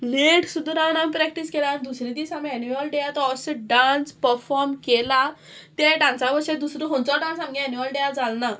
late सुद्दां रावन आमी प्रॅक्टीस केला आनी दुसरे दीस आमी एन्युअल डे आतां अशें डांस पफोर्म केला त्या डांसा दुसरो खंयचो डांस आमगे एन्युअल डे लागना